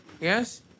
Yes